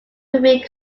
remain